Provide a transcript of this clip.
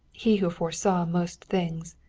he who foresaw most things.